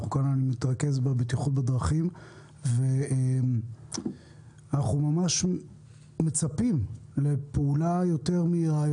אנחנו נתרכז כאן בבטיחות בדרכים ואנחנו ממש מצפים לפעולה יותר מהירה,